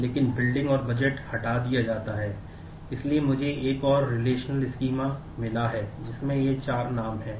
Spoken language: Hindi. तो α U β रिलेशनल करते हैं